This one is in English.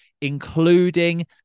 including